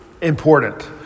important